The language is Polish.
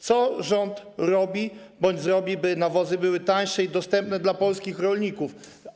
Co rząd robi bądź zrobi, by nawozy były tańsze i dostępne dla polskich rolników?